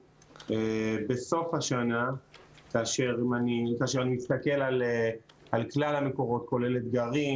בסוף השנה כאשר אני מסתכל על כלל המקורות כולל אתגרים,